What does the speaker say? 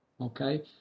okay